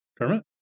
Kermit